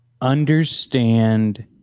understand